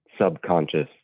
subconscious